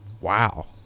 Wow